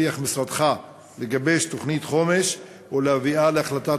הבטיח משרדך לגבש תוכנית חומש ולהביאה להחלטת